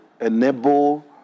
enable